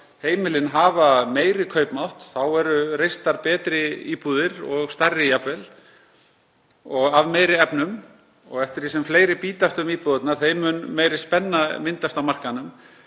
heimilin hafa meiri kaupmátt eru reistar betri íbúðir og jafnvel stærri og af meiri efnum. Og eftir því sem fleiri bítast um íbúðirnar, þeim mun meiri spenna myndast á markaðnum.